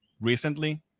recently